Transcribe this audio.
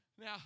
Now